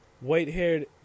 white-haired